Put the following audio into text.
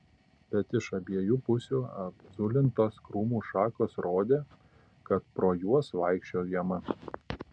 bet iš abiejų pusių apzulintos krūmų šakos rodė kad pro juos vaikščiojama